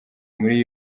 muri